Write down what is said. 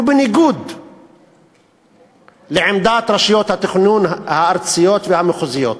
בניגוד לעמדת רשויות התכנון הארציות והמחוזיות,